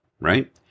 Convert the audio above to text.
Right